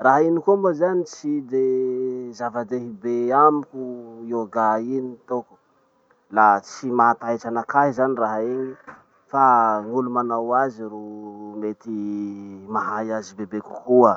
Raha iny koa moa zany tsy de zava-dehibe amiko yoga iny ataoko. La tsy mahataitsy anakahy zany raha iny, fa gn'olo manao azy ro mety mahay azy bebe kokoa.